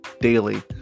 daily